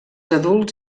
adults